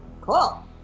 Cool